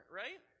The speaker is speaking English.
right